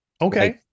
okay